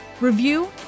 review